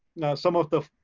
some of the,